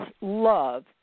love